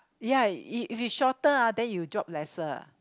ya if it's shorter ah then you drop lesser